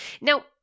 Now